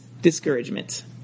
discouragement